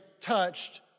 touched